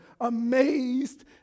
amazed